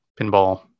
pinball